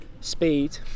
speed